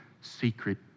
secret